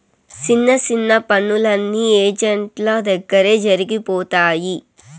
సిన్న సిన్న పనులన్నీ ఏజెంట్ల దగ్గరే జరిగిపోతాయి